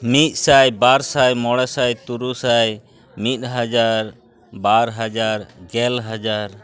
ᱢᱤᱫᱥᱟᱭ ᱵᱟᱨᱥᱟᱭ ᱢᱚᱬᱮᱥᱟᱭ ᱛᱩᱨᱩᱭ ᱥᱟᱭ ᱢᱤᱫ ᱦᱟᱡᱟᱨ ᱵᱟᱨ ᱦᱟᱡᱟᱨ ᱜᱮᱞᱦᱟᱡᱟᱨ